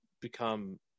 become